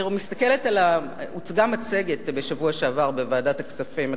בשבוע שעבר הוצגה מצגת בוועדת הכספים,